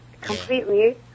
completely